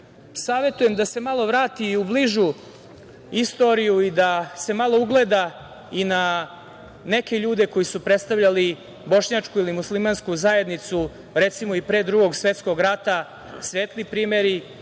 savetujem da se malo vrati u bližu istoriju i da se malo ugleda i na neke ljude koji su predstavljali bošnjačku ili muslimansku zajednicu, recimo i pre Drugog svetskog rata, svetli primeri